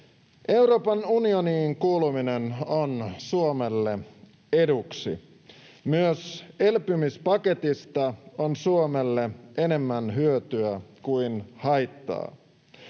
Euroopan unioniin kuuluminen on Suomelle eduksi. Myös elpymispaketista on Suomelle enemmän hyötyä kuin haittaa.